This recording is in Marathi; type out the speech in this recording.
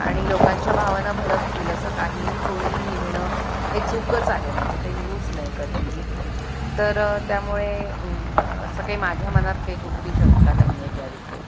आणि लोकांच्या भावना भडकतील असं काहीही कोणी लिहिणं हे चूकच आहे म्हणजे ते लिहूच नाही कधीही तर त्यामुळे असं काही माझ्या मनात काही कुठली शंका नाही आहे त्या विषयी